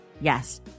Yes